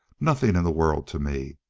nothing in the world to me!